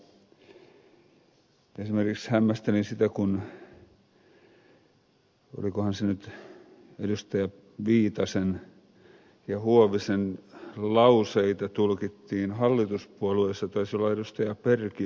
nimittäin esimerkiksi hämmästelin sitä kun olikohan se nyt edustajien viitasen ja huovisen lauseita tulkittiin hallituspuolueissa taisi olla ed